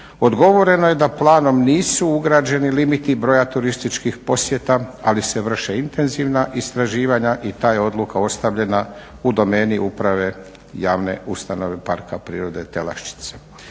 odgovoreno je da je planom nisu ugrađeni limiti broja turističkih posjeta ali se vrše intenzivna istraživanja i ta je odluka ostavljena u domeni uprave javne ustanove parka prirode Telaščica.